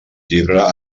llibre